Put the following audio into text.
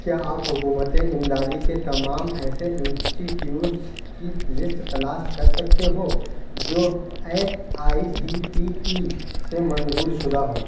کیا آپ حکومت امدادی کے تمام ایسے انسٹیٹیوٹس کی لسٹ تلاش کر سکتے ہو جو A I C T E سے منظور شدہ ہوں